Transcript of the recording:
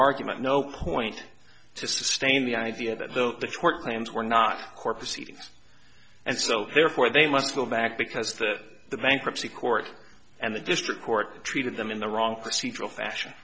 argument no point to sustain the idea that the tort claims were not court proceedings and so therefore they must go back because that the bankruptcy court and the district court treated them in the wrong procedural fashion